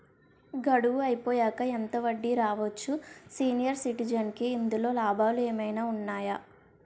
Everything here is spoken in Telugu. గడువు అయిపోయాక ఎంత వడ్డీ రావచ్చు? సీనియర్ సిటిజెన్ కి ఇందులో లాభాలు ఏమైనా ఉన్నాయా?